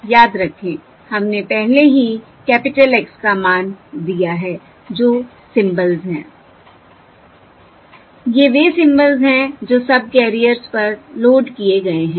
याद रखें हमने पहले ही कैपिटल X का मान दिया है जो सिंबल्स हैंI ये वे सिंबल्स हैं जो सबकैरियर्स पर लोड किए गए हैं